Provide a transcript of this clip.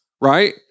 right